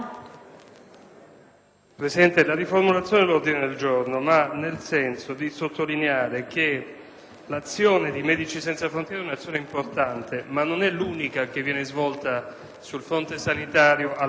Presidente, la riformulazione dell'ordine del giorno va nel senso di sottolineare che l'azione di Medici Senza Frontiere è importante, ma non è l'unica che viene svolta sul fronte sanitario a Lampedusa.